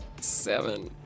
Seven